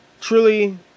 truly